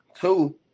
Two